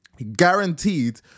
guaranteed